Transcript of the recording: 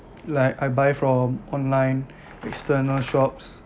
like I buy from online external shops